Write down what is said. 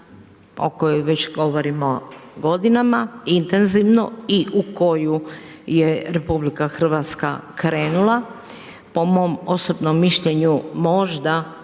o kojoj već govorimo godinama, intenzivno, i u koju je RH krenula, po mom osobnom mišljenju možda